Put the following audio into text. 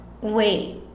wait